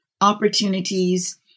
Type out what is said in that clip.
opportunities